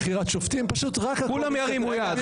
אני חושב שגם בוועדה לבחירת שופטים --- כולם ירימו יד.